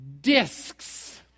discs